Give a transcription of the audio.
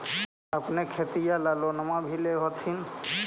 अपने खेतिया ले लोनमा भी ले होत्थिन?